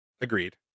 Agreed